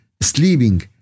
sleeping